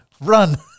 Run